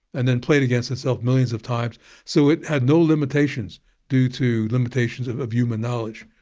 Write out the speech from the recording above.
and then played against itself millions of times so it had no limitations due to limitations of of human knowledge.